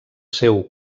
seu